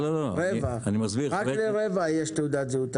לרובם אין תעודת זהות.